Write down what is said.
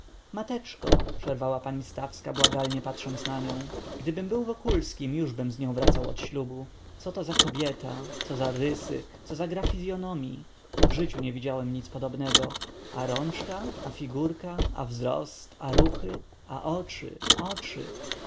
mateczko przerwała pani stawska błagalnie patrząc na nią gdybym był wokulskim jużbym z nią wracał od ślubu coto za kobieta co za rysy co za gra fizyonomii w życiu nie widziałem nic podobnego a rączka a figurka a wzrost a ruchy a oczy oczy